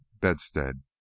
bedstead